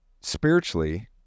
spiritually